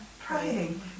Praying